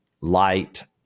light